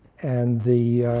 and the